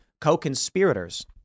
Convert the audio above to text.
co-conspirators